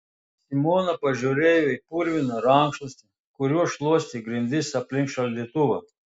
simona pažiūrėjo į purviną rankšluostį kuriuo šluostė grindis aplink šaldytuvą